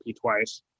twice